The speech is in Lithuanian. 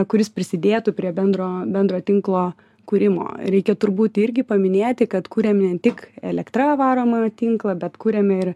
kuris prisidėtų prie bendro bendro tinklo kūrimo reikia turbūt irgi paminėti kad kuriam ne tik elektra varomą tinklą bet kuriame ir